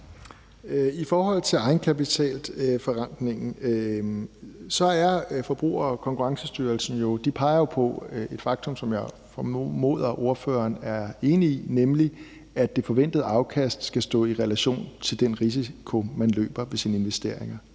I forhold til egenkapitalforrentningen peger Konkurrence- og Forbrugerstyrelsen jo på et faktum, som jeg formoder at ordføreren er enig i, nemlig at det forventede afkast skal stå i relation til den risiko, man løber ved sin investering.